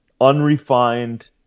unrefined